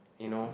you know